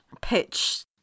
pitch